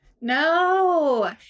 No